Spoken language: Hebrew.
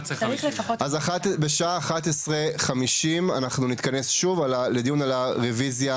אז בשעה 11:50 אנחנו נתכנס שוב לדיון על הרוויזיה.